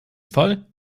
fall